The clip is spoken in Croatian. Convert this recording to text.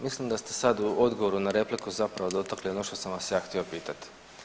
Mislim da ste sad u odboru na repliku zapravo dotakli ono što sam vas ja htio pitati.